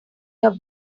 your